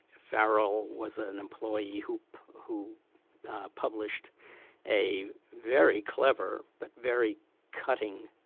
farrell was an employee who who published a very clever, but very cutting